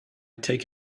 take